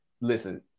listen